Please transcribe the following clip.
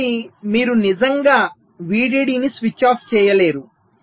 కాబట్టి మీరు నిజంగా VDD ని స్విచ్ ఆఫ్ చేయలేరు